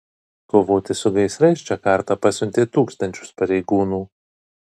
kovoti su gaisrais džakarta pasiuntė tūkstančius pareigūnų